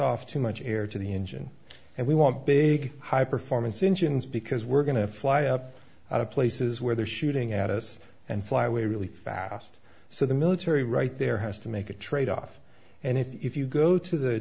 off too much air to the engine and we want big high performance engine is because we're going to fly up out of places where they're shooting at us and fly away really fast so the military right there has to make a tradeoff and if you go to the